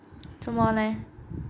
怎么勒